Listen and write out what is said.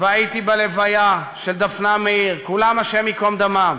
והייתי בלוויה של דפנה מאיר, כולם, השם ייקום דמם.